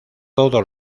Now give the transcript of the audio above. todo